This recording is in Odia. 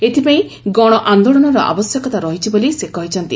ଏଥିପାଇଁ ଗଶଆନ୍ଦୋଳନର ଆବଶ୍ୟକତା ରହିଛି ବୋଲି ସେ କହିଛନ୍ତି